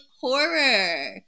horror